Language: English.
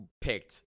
picked